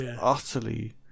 utterly